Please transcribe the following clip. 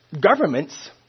Governments